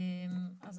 אנחנו